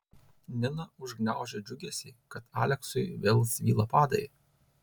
nina užgniaužė džiugesį kad aleksui vėl svyla padai